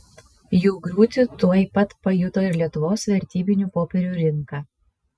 jų griūtį tuoj pat pajuto ir lietuvos vertybinių popierių rinka